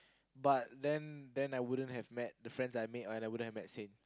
but then then I wouldn't have met the friends I made and I wouldn't have met Sane